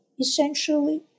essentially